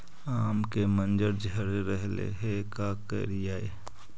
आम के मंजर झड़ रहले हे का करियै?